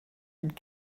and